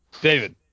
David